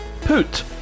Poot